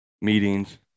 meetings